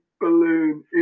balloon